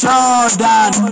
Jordan